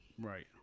Right